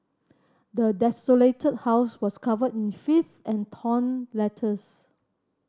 the desolated house was covered in filth and torn letters